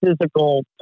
physical